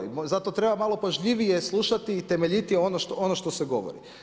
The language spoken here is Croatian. I zato treba malo pažljivije slušati i temeljitije ono što se govori.